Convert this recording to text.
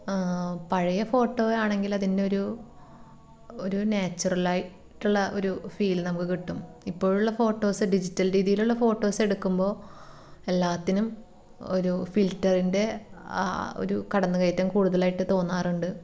പഴയ ഫോട്ടോ ആണെങ്കിൽ അതിനൊരു ഒരു നാച്ചുറൽ ആയിട്ടുള്ള ഒരു ഫീൽ നമുക്ക് കിട്ടും ഇപ്പോഴുള്ള ഫോട്ടോസ് ഡിജിറ്റല് രീതിയിലുള്ള ഫോട്ടോസ് എടുക്കുമ്പോൾ എല്ലാത്തിനും ഒരു ഫിൽറ്ററിന്റെ ആ ഒരു കടന്നു കയറ്റം കൂടുതലായിട്ട് തോന്നാറുണ്ട്